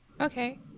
Okay